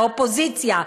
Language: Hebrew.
האופוזיציה,